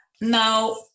now